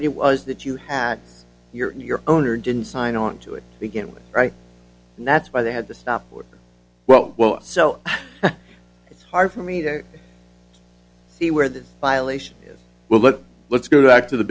it was that you had your in your own or didn't sign onto it begin with right and that's why they had to stop it well well so it's hard for me to see where that violation as well but let's go back to the